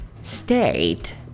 State